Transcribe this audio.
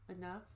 Enough